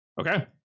Okay